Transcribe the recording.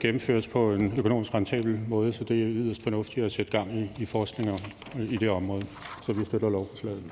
gennemføres på en økonomisk rentabel måde. Det er yderst fornuftigt at sætte gang i forskning i det område, så vi støtter lovforslaget.